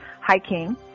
hiking